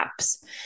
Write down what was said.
apps